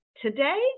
today